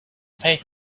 pay